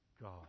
God